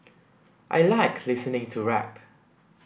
I like listening to rap